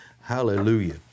Hallelujah